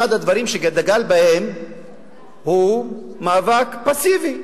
אחד הדברים שדגל בהם הוא מאבק פסיבי,